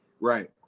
Right